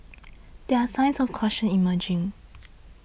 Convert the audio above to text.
there are signs of caution emerging